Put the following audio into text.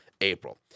april